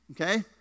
Okay